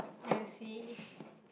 I see